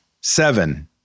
seven